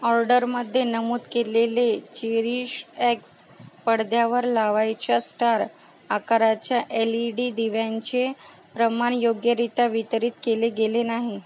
ऑर्डरमध्ये नमूद केलेले चेरीशएक्स पडद्यावर लावायच्या स्टार आकाराच्या एल ई डी दिव्यांचे प्रमाण योग्यरित्या वितरित केले गेले नाही